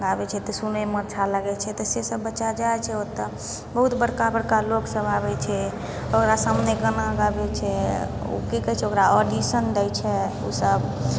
गाबै छै तऽ सुनैमे अच्छा लगै छै तऽ से सब बच्चा जाइ छै ओतऽ बहुत बड़का बड़का लोक सब आबै छै ओकरा सामने गाना गाबै छै ओ की कहै छै ओकरा ऑडिशन दै छै ओ सब